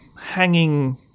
hanging